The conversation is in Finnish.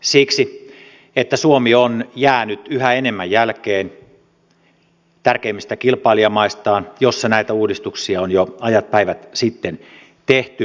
siksi että suomi on jäänyt yhä enemmän jälkeen tärkeimmistä kilpailijamaistaan joissa näitä uudistuksia on jo ajat päivät sitten tehty